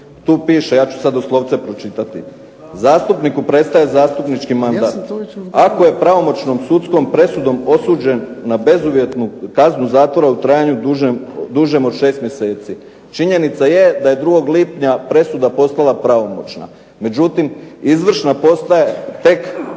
Tu piše, ja ću sad doslovce pročitati. "Zastupniku prestaje zastupnički mandat ako je pravomoćnom sudskom presudom osuđen na bezuvjetnu kaznu zatvora u trajanju dužem od 6 mjeseci." Činjenica je da je 2. lipnja presuda postala pravomoćna, međutim izvršna postaje tek